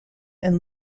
and